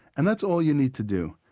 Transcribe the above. and that's all you need to do.